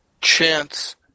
Chance